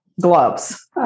Gloves